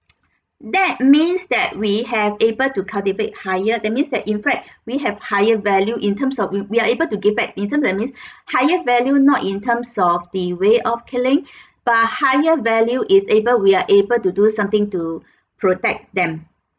that means that we have able to cultivate higher that means that in fact we have higher value in terms of we we are able to give back isn't that means higher value not in terms of the way of killing but higher value is able we are able to do something to protect them